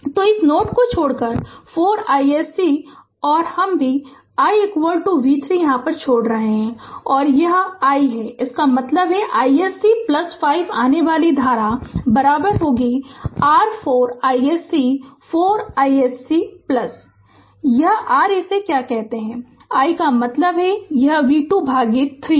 तो 4 इस नोड को छोड़कर 4 iSC और हम भी i v 3 यहाँ छोड़ रहे है और यह i है इसका मतलब है iSC 5 आने वाली धारा r 4 iSC 4 iSC यह r इसे क्या कहते हैं i यह मतलब है कि यह v 2 भागित 3 है